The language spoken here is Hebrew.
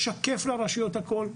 לשקף לרשויות הכל,